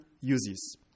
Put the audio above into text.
uses